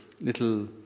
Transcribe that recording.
little